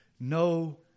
no